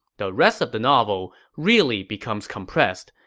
the rest of the novel really becomes compressed.